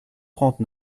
trente